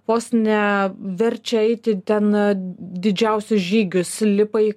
vos ne verčia eiti ten didžiausius žygius lipa į